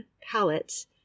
palettes